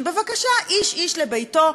בבקשה, איש-איש לביתו.